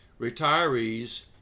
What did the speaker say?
retirees